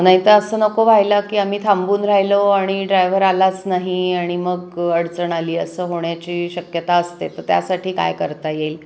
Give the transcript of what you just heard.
नाहीतर असं नको व्हायला की आम्ही थांबून राहिलो आणि ड्रायव्हर आलाच नाही आणि मग अडचण आली असं होण्याची शक्यता असते तर त्यासाठी काय करता येईल